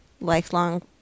lifelong